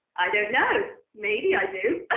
i don't know. maybe i do.